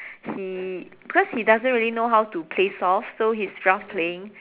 he because he doesn't really know how to play soft so he's rough playing